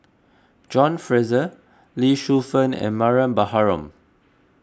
John Fraser Lee Shu Fen and Mariam Baharom